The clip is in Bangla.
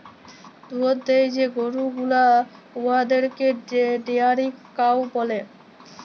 দুহুদ দেয় যে গরু গুলা উয়াদেরকে ডেয়ারি কাউ ব্যলে